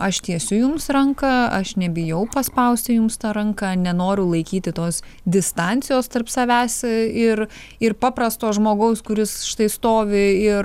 aš tiesiu jums ranką aš nebijau paspausti jums tą ranką nenoriu laikyti tos distancijos tarp savęs ir ir paprasto žmogaus kuris štai stovi ir